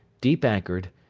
deep-anchored,